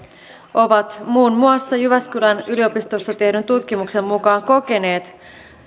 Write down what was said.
ovat muun muassa jyväskylän yliopistossa vuorotteluvapaan vaikutuksista tehdyn tutkimuksen mukaan kokeneet